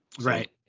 Right